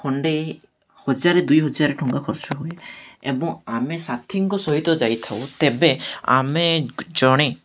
ଖଣ୍ଡେ ହଜାର ଦୁଇ ହଜାର ଟଙ୍କା ଖର୍ଚ୍ଚ ହୁଏ ଏବଂ ଆମେ ସାଥିଙ୍କ ସହିତ ଯାଇଥାଉ ତେବେ ଆମେ ଜଣେ